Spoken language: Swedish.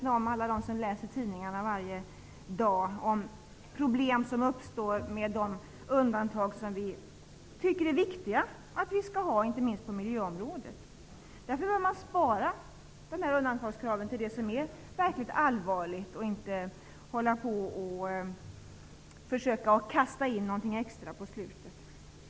Alla vi som läser tidningarna varje dag är mycket väl medvetna om problem som uppstår med de undantag som vi tycker att det är viktigt att vi skall ha, inte minst på miljöområdet. Därför bör man spara undantagskraven till det som är verkligt allvarligt och inte försöka kasta in extra krav på slutet.